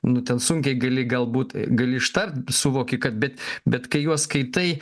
nu ten sunkiai gali galbūt gali ištart suvoki kad bet bet kai juos skaitai